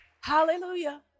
Hallelujah